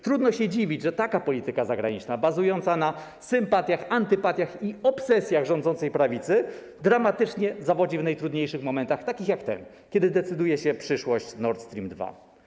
Trudno się dziwić, że taka polityka zagraniczna, bazująca na sympatiach, antypatiach i obsesjach rządzącej prawicy, dramatycznie zawodzi w najtrudniejszych momentach, takich jak ten, kiedy decyduje się przyszłość Nord Stream 2.